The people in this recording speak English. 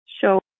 show